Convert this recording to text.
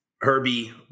Herbie